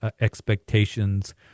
expectations